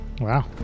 Wow